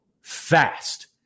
fast